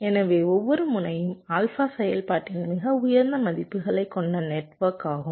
எனவே ஒவ்வொரு முனையும் ஆல்பா செயல்பாட்டின் மிக உயர்ந்த மதிப்புகளைக் கொண்ட நெட்வொர்க் ஆகும்